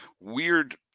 weird